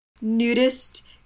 nudist